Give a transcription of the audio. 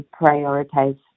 prioritize